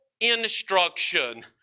instruction